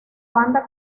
banda